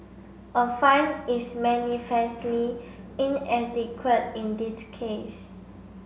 a fine is manifestly inadequate in this case